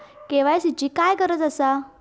KYC ची काय गरज आसा?